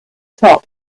top